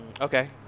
Okay